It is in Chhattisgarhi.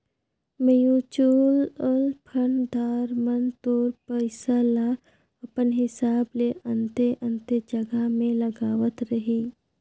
म्युचुअल फंड दार मन तोर पइसा ल अपन हिसाब ले अन्ते अन्ते जगहा में लगावत रहीं